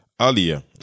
earlier